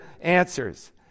answers